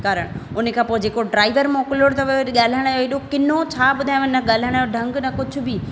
कारण उन खां पोइ जेको ड्राइवर मोकिलियो अथव उन जो ॻाल्हाइणु अहिड़ो किनो छा ॿुधायांव न ॻाल्हाइण जो ढंग न कुझु बि